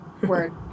Word